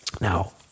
Now